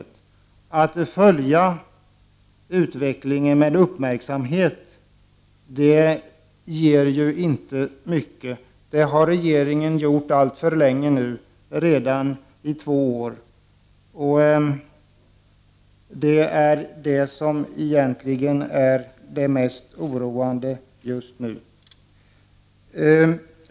Ett besked om att man skall följa utvecklingen med uppmärksamhet säger inte mycket. Det har regeringen redan gjort i två år, och det är denna attityd som är det mest oroande just nu.